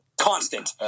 Constant